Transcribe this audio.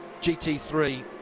GT3